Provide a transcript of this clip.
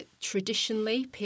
traditionally